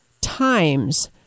times